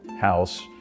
house